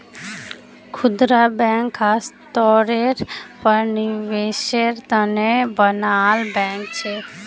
खुदरा बैंक ख़ास तौरेर पर निवेसेर तने बनाल बैंक छे